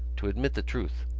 to admit the truth,